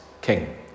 king